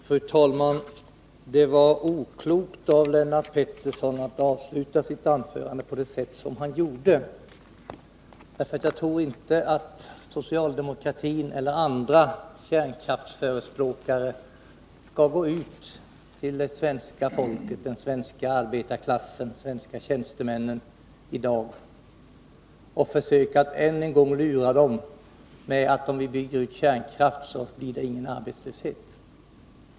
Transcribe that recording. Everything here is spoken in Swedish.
Fru talman! Det var oklokt av Lennart Pettersson att avsluta sitt anförande på det sätt som han gjorde. Jag tror inte att socialdemokratin eller andra kärnkraftsförespråkare i dag skall gå ut till det svenska folket, den svenska arbetarklassen och de svenska tjänstemännen och försöka att än en gång lura dem med påståendet att om man bygger ut kärnkraften blir det ingen arbetslöshet.